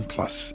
Plus